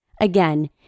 Again